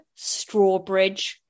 Strawbridge